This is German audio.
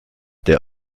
der